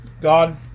God